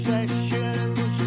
Sessions